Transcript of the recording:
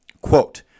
quote